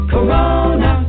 Corona